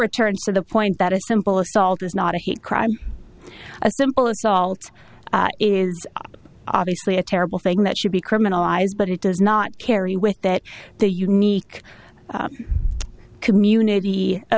return to the point that a simple assault is not a hate crime a simple assault is obviously a terrible thing that should be criminalized but it does not carry with that the unique community a